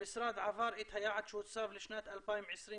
המשרד עבר את היעד שהוצב לשנת 2021,